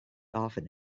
often